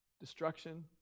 Destruction